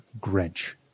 Grinch